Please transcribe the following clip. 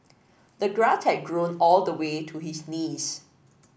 the grass had grown all the way to his knees